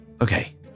Okay